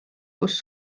kus